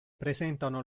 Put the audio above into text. presentano